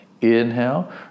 inhale